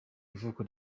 ivuko